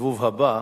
בסיבוב הבא,